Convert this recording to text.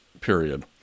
period